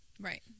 Right